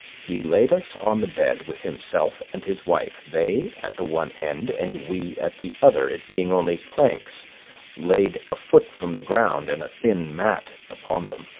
he laid us on the bed with himself and his wife, they at the one end and we at the other, it being only planks laid a foot from the ground and a thin mat upon them.